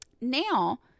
now